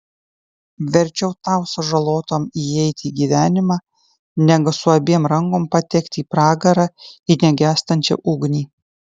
verčiau tau sužalotam įeiti į gyvenimą negu su abiem rankom patekti į pragarą į negęstančią ugnį